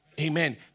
Amen